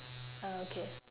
oh okay